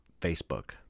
Facebook